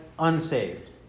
Unsaved